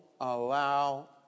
allow